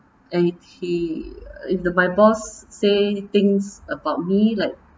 if he if the my boss say things about me like